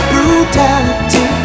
Brutality